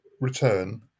return